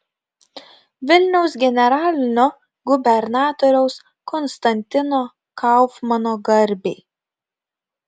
vilniaus generalinio gubernatoriaus konstantino kaufmano garbei